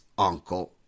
uncle